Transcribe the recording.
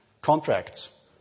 contracts